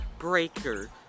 Breaker